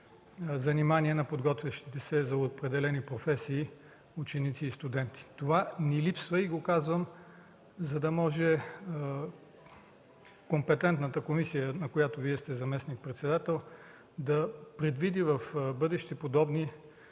на подготвящите се за определени професии ученици и студенти. Това ни липсва и го казвам, за да може компетентната комисия, на която сте заместник-председател, да предвиди в бъдеще подобни